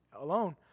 alone